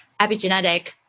epigenetic